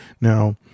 now